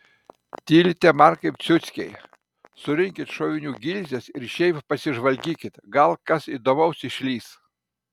tylite man kaip ciuckiai surinkit šovinių gilzes ir šiaip pasižvalgykit gal kas įdomaus išlįs